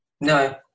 No